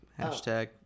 Hashtag